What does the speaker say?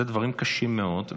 אלו דברים קשים מאוד.